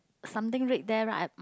something red there right